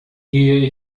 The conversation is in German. gehe